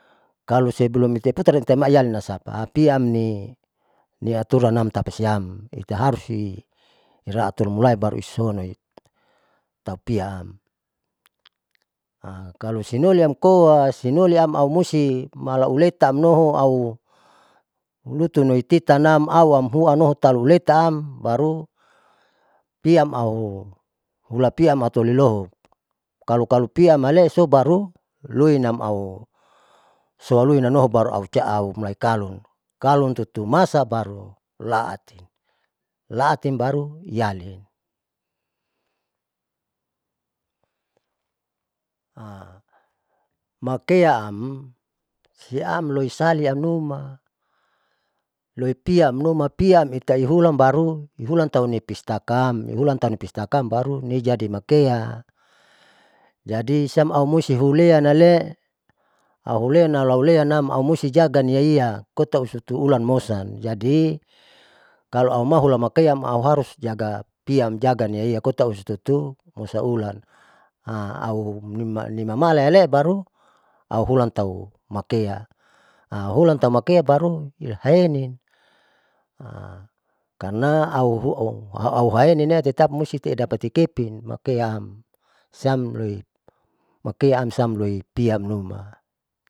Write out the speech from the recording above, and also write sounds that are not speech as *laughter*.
Kalo sebelum itaeputar tiama ialin asapa apiaam ni niaturan tati siam itaharus i ira'a tulumulai baru isoan noi tau piaam *hesitation* kalo siboliamkoa, sinoliam aumusti malauleta amnoho au lutunoititanam auam ruanoho letaam baru piam auhulapiam hutuliloho kalo kalo piam male'eso baru lui nam au soaluninamno aucia autaukalun kalun tutumasa baru la'at la'atem baru iyali *hesitation* makeaam niamloisali amnuma loi piamnuma piam itairuran baru ihulan tau nipistakaam baru loijadi makea. jadi sam aumusti hulea yale auhulean alalu huleanam aumusti jaganim iaia kota usutu ulan mositan jadi kalo auma auhula makean auharus jaga piam jaga iaia kota ausutu husa ulan *hesitation* au nimamalaiyale baru auhulan tau makea *hesitation* auhulan tau makean baru iahenin *hesitation* karna auru auhanen tetap musti audapat loti kepin makeam siam loi makeam sam loi piam numa.